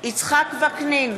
יצחק וקנין,